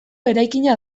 eraikina